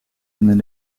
kunnen